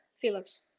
Felix